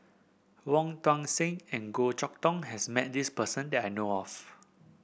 Wong Tuang Seng and Goh Chok Tong has met this person that I know of